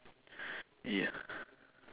ya